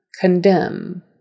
Condemn